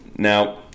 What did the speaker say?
Now